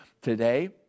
today